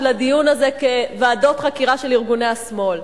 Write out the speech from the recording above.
הדיון הזה כוועדות חקירה של ארגוני השמאל.